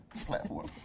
platform